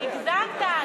הגזמת.